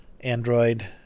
android